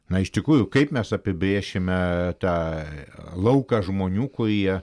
na iš tikrųjų kaip mes apibrėšime tą lauką žmonių kurie